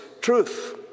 truth